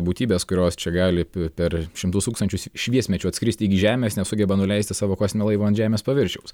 būtybės kurios čia gali per šimtus tūkstančius šviesmečių atskristi iki žemės nesugeba nuleisti savo kosminio laivo ant žemės paviršiaus